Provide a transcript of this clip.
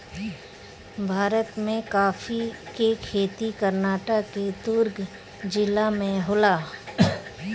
भारत में काफी के खेती कर्नाटक के कुर्ग जिला में होला